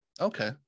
Okay